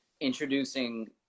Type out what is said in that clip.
introducing